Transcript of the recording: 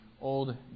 old